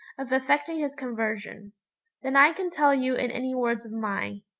of effecting his conversion than i can tell you in any words of mine.